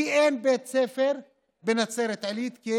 כי אין בית ספר בנצרת עילית,